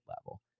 level